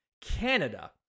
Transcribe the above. Canada